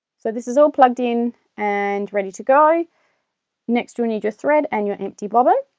so this is all plugged in and ready to go next you'll need your thread and your empty bobbin